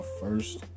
first